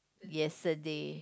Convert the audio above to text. yesterday